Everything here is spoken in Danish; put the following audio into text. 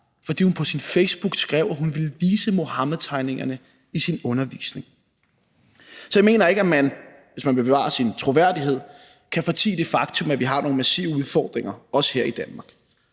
fordi hun på sin Facebook skrev, at hun ville vise Muhammedtegningerne i sin undervisning. Så jeg mener ikke, at man, hvis man vil bevare sin troværdighed, kan fortie det faktum, at vi har nogle massive udfordringer, også her i Danmark.